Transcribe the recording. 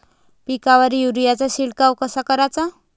पिकावर युरीया चा शिडकाव कसा कराचा?